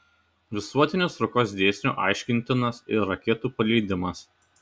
visuotinės traukos dėsniu aiškintinas ir raketų paleidimas